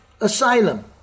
Asylum